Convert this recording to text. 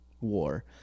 war